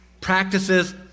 Practices